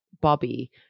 bobby